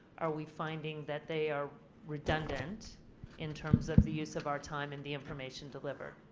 are we finding that they are redundant in terms of the use of our time in the information delivered.